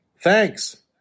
thanks